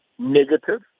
Negative